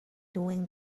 doing